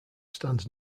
stands